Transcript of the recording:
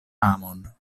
amon